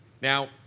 Now